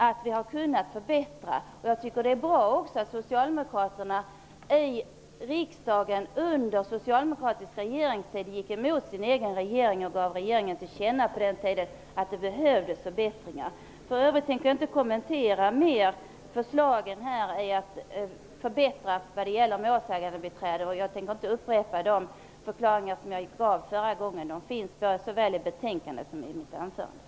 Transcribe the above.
Jag vill också framhålla att jag tycker att det var bra att socialdemokraterna i riksdagen under den socialdemokratiska regeringstiden gick emot sin egen regering och gav den regeringen till känna att det behövdes förbättringar. För övrigt tänker jag inte mer kommentera förslagen om förbättringar vad gäller målsägandebiträde. Jag tänker inte upprepa de förklaringar som jag redan en gång givit. De finns redogjorda såväl i betänkadet som i mitt anförande.